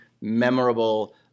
memorable